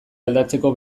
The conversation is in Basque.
aldatzeko